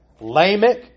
Lamech